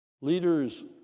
leaders